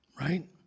Right